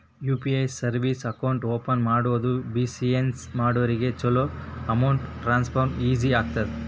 UPI service account open ಮಾಡೋದು business ಮಾಡೋರಿಗ ಚೊಲೋ ಅಮೌಂಟ್ ಟ್ರಾನ್ಸ್ಫರ್ ಈಜಿ ಆಗತ್ತ